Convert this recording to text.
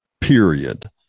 period